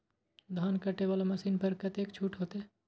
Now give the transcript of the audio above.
धान कटे वाला मशीन पर कतेक छूट होते?